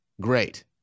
great